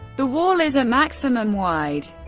the wall is a maximum wide,